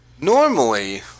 normally